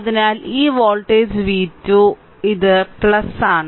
അതിനാൽ ഈ voltage v2 അതിനാൽ ഇത് ഇതാണ്